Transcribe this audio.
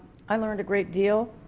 i learned a great deal,